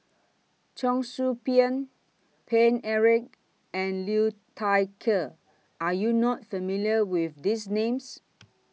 Cheong Soo Pieng Paine Eric and Liu Thai Ker Are YOU not familiar with These Names